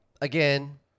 again